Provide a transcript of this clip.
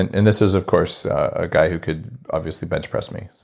and and this is of course, a guy who could obviously bench press me,